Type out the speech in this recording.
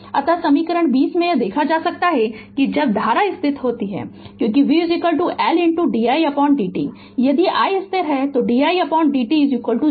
अतः समीकरण 20 में यह देखा जा सकता है कि जब धारा स्थिर होती है क्योंकि v L didt यदि i स्थिर है तो didt 0